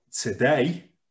today